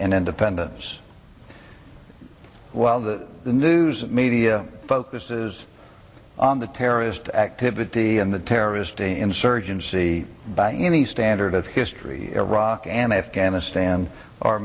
and independence while the news media focuses on the terrorist activity and the terrorist insurgency by any standard of history iraq and afghanistan are